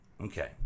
Okay